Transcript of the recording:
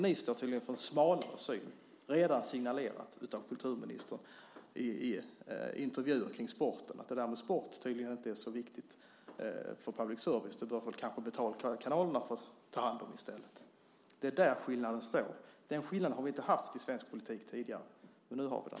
Ni står tydligen för en smalare syn, redan signalerad av kulturministern i intervjuer kring sporten. Det där med sport är tydligen inte så viktigt för public service, utan det bör kanske betalkanalerna i stället få ta hand om. Däri ligger skillnaden. Den skillnaden har vi tidigare inte haft i svensk politik. Nu har vi den.